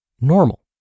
normal